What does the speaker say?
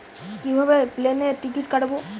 কিভাবে প্লেনের টিকিট কাটব?